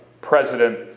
president